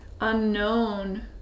unknown